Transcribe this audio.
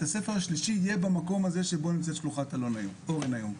הספר השלישי יהיה במקום הזה שבו נמצאת שלוחת אורן היום.